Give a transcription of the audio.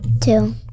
two